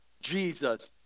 Jesus